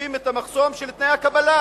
מציבים את המחסום של תנאי הקבלה,